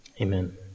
amen